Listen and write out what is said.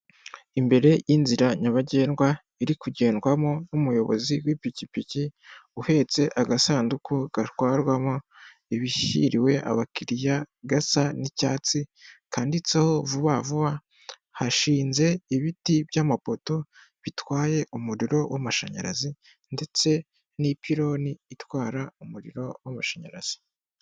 Imbere y'inzira nyabagendwa iri kugendwamo n'umuyobozi w'ipikipiki, uhetse agasanduku gatwarwamo ibishyiriwe abakiriya gasa icyatsi, kanditseho "vuba vuba", hashinze ibiti by'amapoto bitwaye umuriro w'amashanyarazi ndetse n'ipiiloni itwara umuriro w'amashanyarazi.